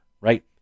right